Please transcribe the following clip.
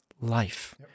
life